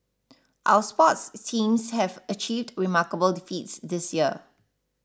our sports since have achieved remarkable defeats this year